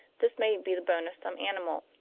this may be the bone of some animal.